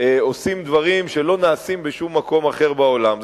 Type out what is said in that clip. עושים דברים שלא נעשים בשום מקום אחר בעולם.